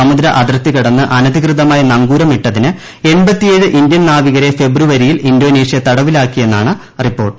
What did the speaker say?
സമുദ്ര അതിർത്തി കടന്ന് അനധികൃതമായി നങ്കൂർമിട്ടതിന് ഇന്തൃൻ നാവികരെ ഫെബ്രുവരിയിൽ ഇന്തോന്നേഷ്യ തടവിലാക്കിയെന്നാണ് റിപ്പോർട്ട്